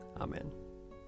Amen